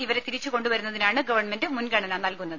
ഇവരെ തിരിച്ചു കൊണ്ടുവരുന്നതിനാണ് ഗവൺമെന്റ് മുൻഗണന നൽകുന്നത്